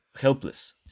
helpless